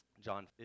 John